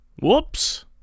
Whoops